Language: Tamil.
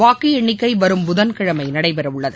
வாக்கு எண்ணிக்கை வரும் புதன் கிழமை நடைபெறவுள்ளது